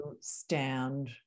stand